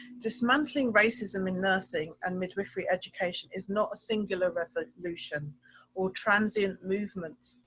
dismantling racism in nursing and midwifery education is not a singular revolution or transient movement.